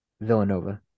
Villanova